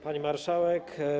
Pani Marszałek!